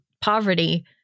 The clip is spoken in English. poverty